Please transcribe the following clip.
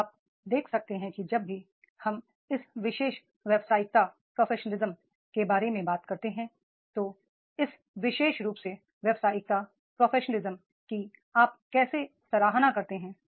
अब आप देखते हैं कि जब भी हम इस विशेष प्रोफेशनलिज्म के बारे में बात करते हैं तो इस विशेष रूप से प्रोफेशनलिज्म की आप कैसे सराहना करते हैं